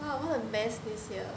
!wow! what a mess this year